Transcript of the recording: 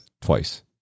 twice